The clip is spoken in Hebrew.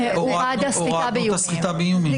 הורד הסחיטה באיומים.